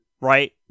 right